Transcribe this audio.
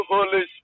Holy